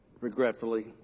regretfully